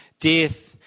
Death